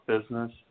business